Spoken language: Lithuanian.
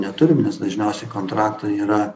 neturim nes dažniausiai kontraktai yra